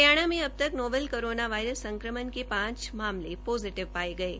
हरियाणा में अब तक नोवेल कोरोना वायरस संक्रमण के पांच मामले पोजीटिव पाये गये